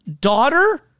daughter